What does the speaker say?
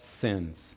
sins